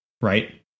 right